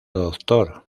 doctor